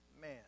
man